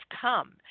come